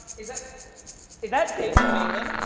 is that is that david malan?